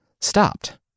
stopped